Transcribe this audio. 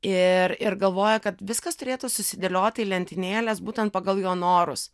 ir ir galvoja kad viskas turėtų susidėlioti į lentynėles būtent pagal jo norus